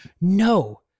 No